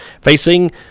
Facing